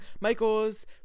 Michael's